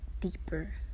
deeper